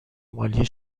مالی